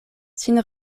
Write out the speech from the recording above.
sin